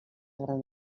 gran